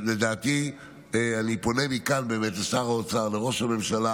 אני פונה מכאן לשר האוצר ולראש הממשלה